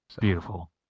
Beautiful